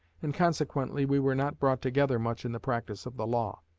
and consequently we were not brought together much in the practice of the law.